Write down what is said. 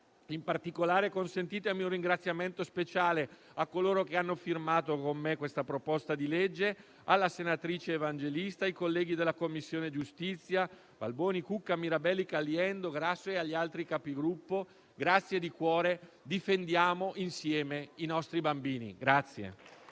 in particolare, consentitemi un ringraziamento speciale a coloro che hanno firmato con me questo disegno di legge, alla senatrice Evangelista, ai colleghi della Commissione giustizia Balboni, Cucca, Mirabelli, Caliendo, Grasso e agli altri Capigruppo. Difendiamo insieme i nostri bambini.